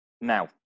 now